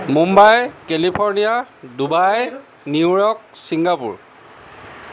Mumbai California Dubai New York Singapore